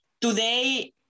today